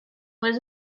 was